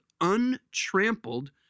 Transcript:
untrampled